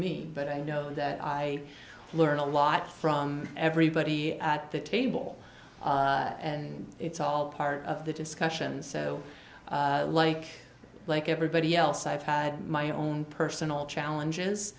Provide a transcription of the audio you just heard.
me but i know that i learn a lot from everybody at the table and it's all part of the discussion so like like everybody else i've had my own personal challenges